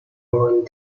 burned